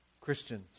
Christians